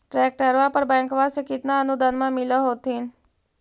ट्रैक्टरबा पर बैंकबा से कितना अनुदन्मा मिल होत्थिन?